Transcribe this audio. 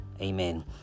Amen